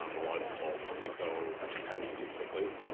um a lot of people go too heavy too quickly.